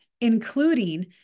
including